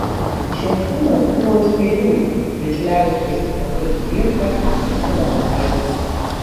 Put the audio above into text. šinkūnas buvo iš kairiųjų bičiuliavosi ir su petru cvirka ir su mano tėvu